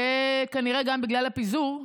וכנראה שגם בגלל הפיזור,